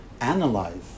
analyze